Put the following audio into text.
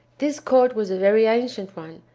this court was a very ancient one,